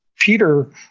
Peter